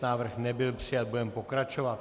Návrh nebyl přijat, budeme pokračovat.